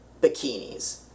bikinis